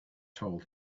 told